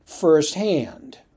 firsthand